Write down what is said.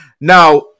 Now